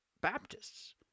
Baptists